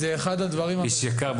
איש יקר,